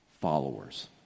followers